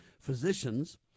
physicians